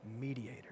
mediator